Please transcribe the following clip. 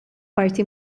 parti